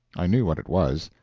i knew what it was.